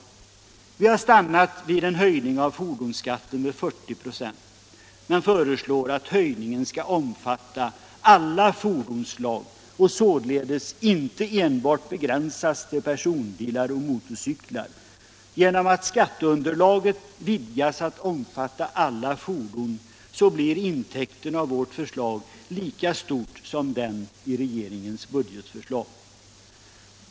Vi reservanter har stannat vid en höjning av fordonsskatten med 40 96 men föreslår att höjningen skall omfatta alla fordonsslag och således inte begränsas till personbilar och motorcyklar. Genom att skatteunderlaget vidgas till att omfatta alla fordon blir intäkten av vårt förslag lika stor som i regeringens budgetförslag.